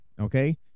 Okay